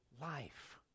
life